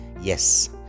Yes